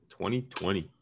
2020